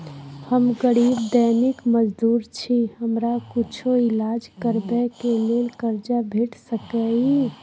हम गरीब दैनिक मजदूर छी, हमरा कुछो ईलाज करबै के लेल कर्जा भेट सकै इ?